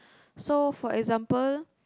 so for example